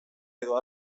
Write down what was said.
edo